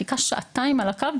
חיכה שעתיים על הקו,